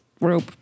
Rope